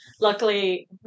luckily